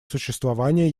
существование